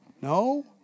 No